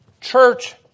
Church